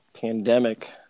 pandemic